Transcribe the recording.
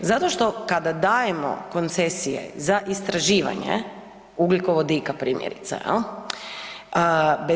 Zato što, kada dajemo koncesije za istraživanje ugljikovodika primjerice, jel.